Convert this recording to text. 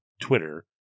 Twitter